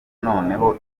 noneho